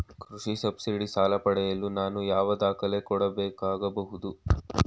ಕೃಷಿ ಸಬ್ಸಿಡಿ ಸಾಲ ಪಡೆಯಲು ನಾನು ಯಾವ ದಾಖಲೆ ಕೊಡಬೇಕಾಗಬಹುದು?